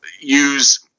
use